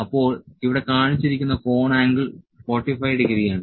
അപ്പോൾ ഇവിടെ കാണിച്ചിരിക്കുന്ന കോൺ ആംഗിൾ 45 ഡിഗ്രിയാണ്